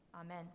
Amen